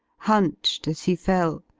hunched as he fell,